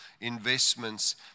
investments